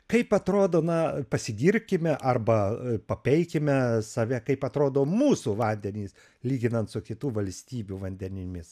kaip atrodo na pasigirkime arba papeikime save kaip atrodo mūsų vandenys lyginant su kitų valstybių vandenimis